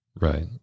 Right